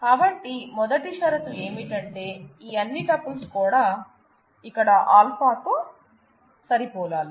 కాబట్టిమొదటి షరతు ఏమిటంటే ఈ అన్ని టూపుల్స్ కూడా ఇక్కడ α తో సరిపోలాలి